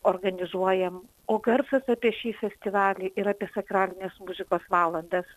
organizuojam o garsas apie šį festivalį ir apie sakralinės muzikos valandas